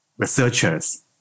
researchers